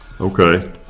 Okay